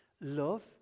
Love